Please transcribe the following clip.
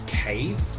cave